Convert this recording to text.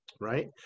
right